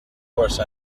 course